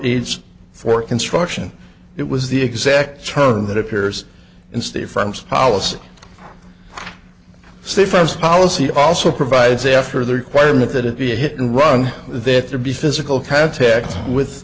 needs for construction it was the exact term that appears in state firms policy say first policy also provides after the requirement that it be a hit and run that there be physical contact with